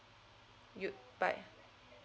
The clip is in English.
you by